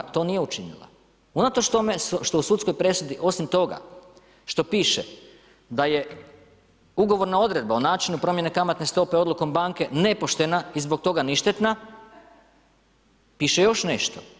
HNB to nije učinila, unatoč tome što u sudskoj presudi osim toga što piše da je ugovorna odredba o načinu promjene kamatne stope odlukom banke nepoštena i zbog toga ništetna, piše još nešto.